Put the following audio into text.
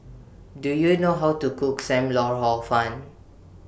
Do YOU know How to Cook SAM Lau Hor Fun